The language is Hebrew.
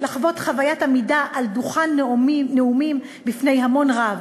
לחוות חוויית עמידה על דוכן נאומים בפני המון רב,